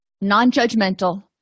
non-judgmental